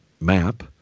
map